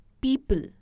people